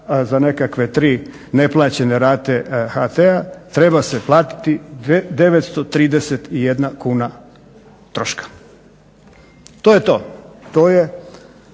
za nekakve tri neplaćene rate HT-a, treba se platiti 931 kuna troška. To je to.